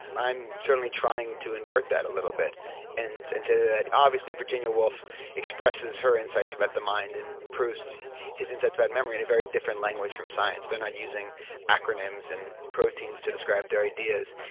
i'm certainly trying to invert that a little bit and and say that obviously virginia woolf expresses her insights about the mind and proust his insights about memory in a very different language from science they are not using acronyms and proteins to describe their ideas.